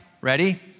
ready